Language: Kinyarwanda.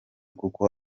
kuko